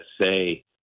say